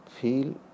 feel